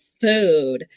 food